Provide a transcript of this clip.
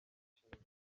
nshingano